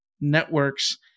networks